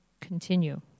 continue